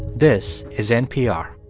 this is npr